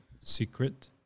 Secret